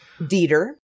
Dieter